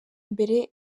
mbere